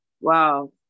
Wow